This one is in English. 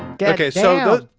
gakkai so good.